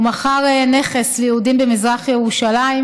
הוא מכר נכס ליהודים במזרח ירושלים.